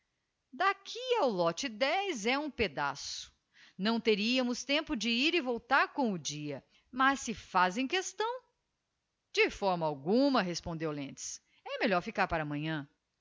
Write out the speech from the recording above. ao lote dez é um pedaço não teriamos tempo de ir e voltar com o dia mas si fazem questão de forma alguma respondeu lentz e melhor licar para amanhã